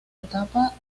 etapa